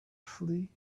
flee